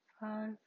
five